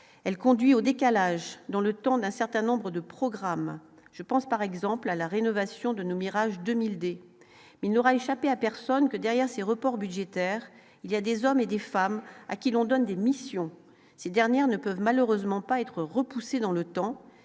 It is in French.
elle conduit au décalage dans le temps d'un certain nombre de programmes, je pense par exemple à la rénovation de nos Mirage 2000 D mais il n'aura échappé à personne que derrière ces reports budgétaires, il y a des hommes et des femmes à qui l'on donne d'une mission, ces dernières ne peuvent malheureusement pas être repoussé dans le temps,